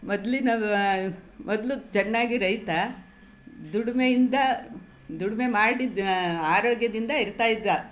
ಮೊದಲಿನ ಮೊದಲು ಚೆನ್ನಾಗಿ ರೈತ ದುಡಿಮೆಯಿಂದ ದುಡಿಮೆ ಮಾಡಿದ ಆರೋಗ್ಯದಿಂದ ಇರ್ತಾಯಿದ್ದ